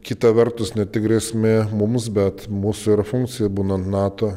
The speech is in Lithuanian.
kita vertus ne tik grėsmė mums bet mūsų ir funkcija būnant nato